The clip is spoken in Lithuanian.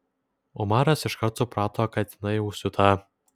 umaras iškart suprato kad jinai užsiūta